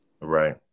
Right